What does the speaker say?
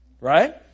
Right